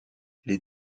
les